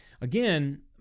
again